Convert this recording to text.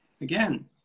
Again